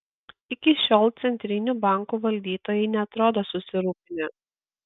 iki šiol centrinių bankų valdytojai neatrodo susirūpinę